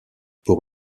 pour